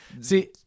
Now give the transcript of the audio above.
see